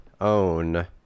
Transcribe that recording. own